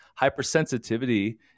hypersensitivity